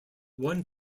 one